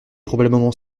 probablement